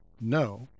no